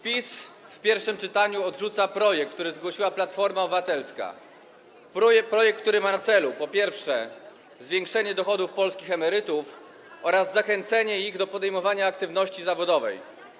PiS w pierwszym czytaniu odrzuca projekt, który zgłosiła Platforma Obywatelska, projekt, który ma na celu, po pierwsze, zwiększenie dochodów polskich emerytów oraz zachęcenie ich do podejmowania aktywności zawodowej.